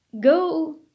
go